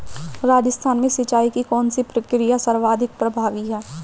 राजस्थान में सिंचाई की कौनसी प्रक्रिया सर्वाधिक प्रभावी है?